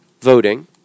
voting